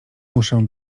muszę